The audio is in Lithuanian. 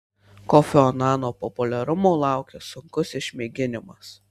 kofio anano populiarumo laukia sunkus išmėginimas